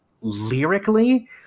lyrically